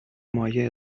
مایه